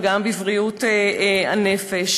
אבל גם בבריאות הנפש,